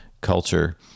culture